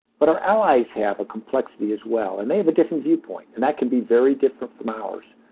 but our allies have a complexity as well. and they have a different viewpoint. and that can be very different from ours.